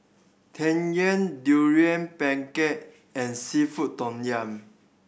Tang Yuen Durian Pengat and seafood tom yum